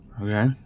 Okay